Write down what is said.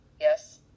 Yes